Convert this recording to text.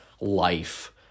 life